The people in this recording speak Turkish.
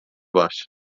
var